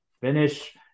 finish